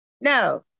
No